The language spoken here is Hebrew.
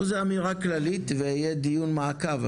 פה זה אמירה כללית ויהיה דיון מעקב,